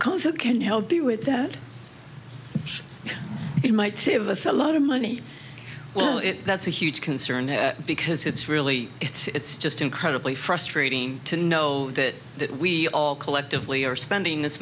of can help you with that it might save us a lot of money well if that's a huge concern because it's really it's just incredibly frustrating to know that that we all collectively are spending this